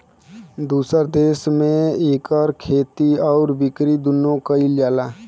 दुसर देस में इकर खेती आउर बिकरी दुन्नो कइल जाला